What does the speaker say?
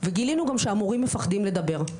וגילינו גם שהמורים מפחדים לדבר.